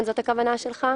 כוונתך?